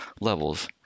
levels